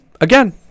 again